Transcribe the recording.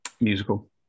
musical